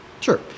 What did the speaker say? sure